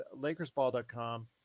LakersBall.com